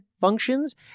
functions